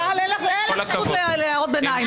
--- לקהל אין אפשרות להערות ביניים.